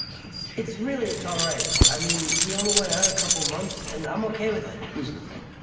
it's it's really it's all right. i mean, we only went out a couple months, and i'm okay with it. here's the thing.